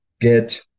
get